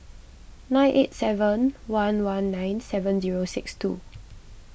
nine eight seven one one nine seven zero six two